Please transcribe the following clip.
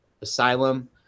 Asylum